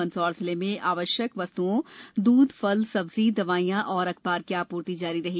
मन्दसौर जिले में आवश्यक वस्तुओं दूध फल सब्जी दवाइयां और अखबार की आपूर्ति जारी रही